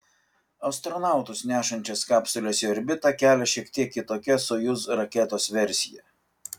astronautus nešančias kapsules į orbitą kelia šiek tiek kitokia sojuz raketos versija